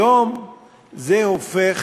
היום זה הופך